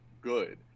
good